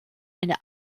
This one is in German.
eine